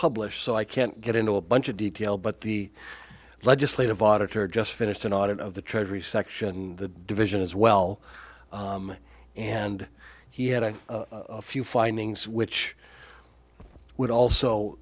published so i can't get into a bunch of detail but the legislative auditor just finished an audit of the treasury section division as well and he had a few findings which would